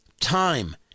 Time